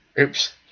Oops